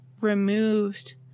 removed